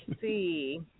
see